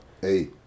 Hey